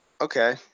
okay